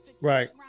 right